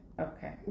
okay